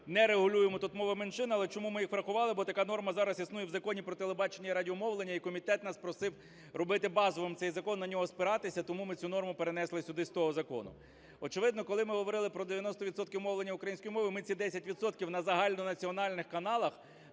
не регулюємо тут мови меншин, але чому ми їх врахували, бо така норма зараз існує в Законі "Про телебачення і радіомовлення", і комітет нас просив робити базовим цей закон, на нього спиратися. Тому ми цю норму перенесли сюди з того закону. Очевидно, коли ми говорили про 90 відсотків мовлення української мови, ми ці 10 відсотків на загальнонаціональних каналах